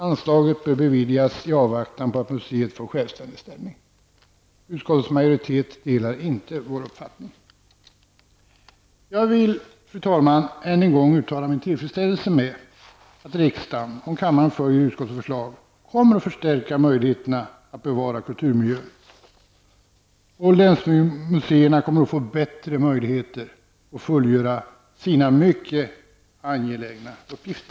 Anslaget bör beviljas i avvaktan på att museet får självständig ställning. Utskottets majoritet delar inte vår uppfattning. Jag vill, fru talman, än en gång uttala min tillfredsställelse över att riksdagen, om kammaren följer utskottets förslag, kommer att förstärka möjligheterna att bevara kulturmiljön och att länsmuseerna får bättre möjligheter att fullgöra sina mycket angelägna uppgifter.